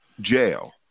jail